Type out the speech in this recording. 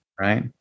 Right